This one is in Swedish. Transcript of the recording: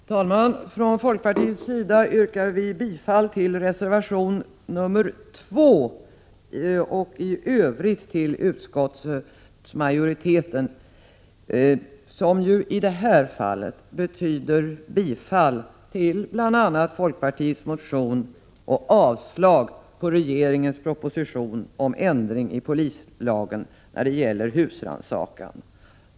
Herr talman! Från folkpartiets sida yrkar vi bifall till reservation 2 och i övrigt till utskottets hemställan, som i detta fall betyder bifall till bl.a. folkpartiets motion och avslag på regeringens proposition om ändring i polislagen när det gäller husrannsakan.